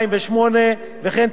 תוספת בשל הסכמי שכר,